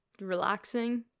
relaxing